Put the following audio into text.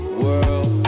world